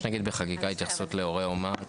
יש בחקיקה התייחסות להורה אומנה.